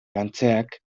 lantzeak